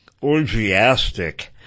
orgiastic